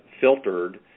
filtered